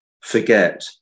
forget